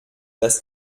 das